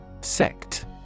Sect